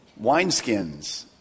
wineskins